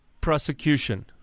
prosecution